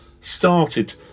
started